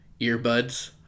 earbuds